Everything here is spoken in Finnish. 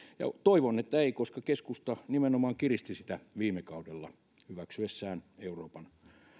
ja toivon että ei koska keskusta nimenomaan kiristi sitä viime kaudella hyväksyessään euroopan